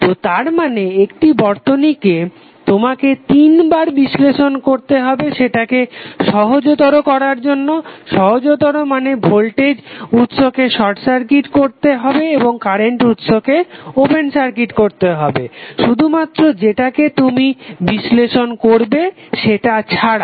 তো তার মানে একটি বর্তনীকে তোমাকে তিন বার বিশ্লেষণ করতে হবে সেটাকে সহজতর করার জন্য সহজতর মানে ভোল্টেজ উৎসকে শর্ট সার্কিট করতে হবে এবং কারেন্ট উৎসকে ওপেন সার্কিট করতে হবে শুধুমাত্র যেটাকে তুমি বিশ্লেষণ করবে সেটা ছাড়া